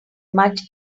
much